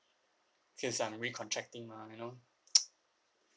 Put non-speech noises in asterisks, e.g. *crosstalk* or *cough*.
because I'm re-contracting mah you know *noise*